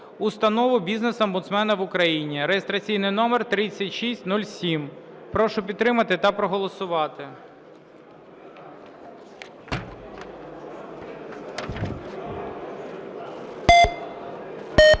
Установу бізнес-омбудсмена в Україні (реєстраційний номер 3607). Прошу підтримати та проголосувати.